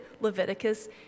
Leviticus